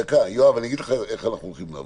יואב, אני אומר לכם איך נעבוד.